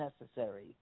necessary